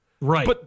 Right